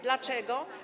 Dlaczego?